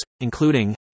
including